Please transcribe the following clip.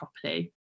properly